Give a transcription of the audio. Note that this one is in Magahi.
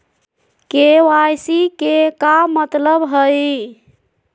के.वाई.सी के का मतलब हई?